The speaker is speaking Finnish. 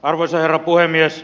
arvoisa herra puhemies